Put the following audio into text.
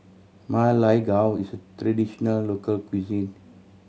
Ma Lai Gao is a traditional local cuisine